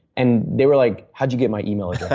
and they were like, how did you get my email address?